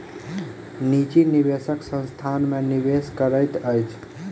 निजी निवेशक संस्थान में निवेश करैत अछि